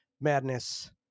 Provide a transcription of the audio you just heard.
madness